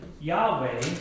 Yahweh